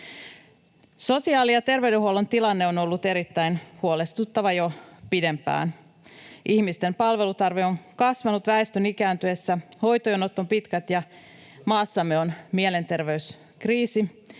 Sosiaali- ja terveydenhuollon tilanne on ollut erittäin huolestuttava jo pidempään. Ihmisten palvelutarve on kasvanut väestön ikääntyessä, hoitojonot ovat pitkät ja maassamme on mielenterveyskriisi,